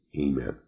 Amen